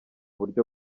buryo